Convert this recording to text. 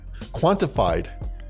quantified